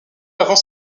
avant